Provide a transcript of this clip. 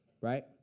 right